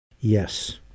Yes